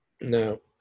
no